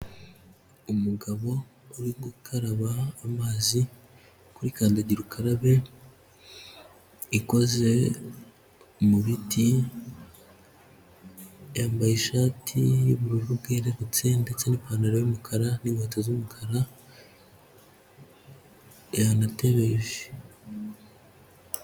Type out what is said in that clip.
Umugabo uri gukaraba amazi kuri kandagira ukarabe ikoze mubiti yambaye ishati y'ubururu bwerurutse ndetse n'ipantaro y'umukara n'inkweto z'umukara yanatebeje.